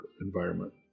environment